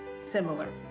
Similar